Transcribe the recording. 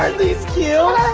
these cute?